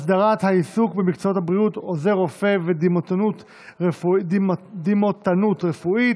(הסדרת העיסוק במקצועות הבריאות עוזר רופא ודימותנות רפואית),